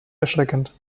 erschreckend